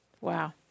Wow